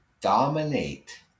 dominate